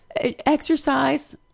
Exercise